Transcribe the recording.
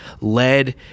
led